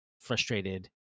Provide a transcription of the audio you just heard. frustrated